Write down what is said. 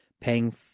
paying